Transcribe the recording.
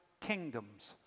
kingdoms